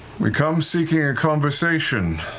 we come seeking a conversation.